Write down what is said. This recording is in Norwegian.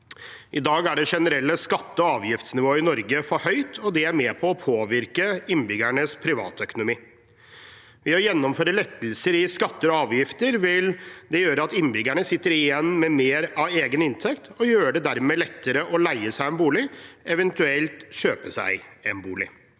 I dag er det generelle skatte- og avgiftsnivået i Norge for høyt, og det er med på å påvirke innbyggernes privatøkonomi. Å gjennomføre lettelser i skatter og avgifter vil gjøre at innbyggerne sitter igjen med mer av egen inntekt, og dermed gjøre det lettere å leie seg en bolig, eventuelt kjøpe seg en bolig.